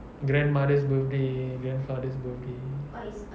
grandmother's birthday grandfather's birthday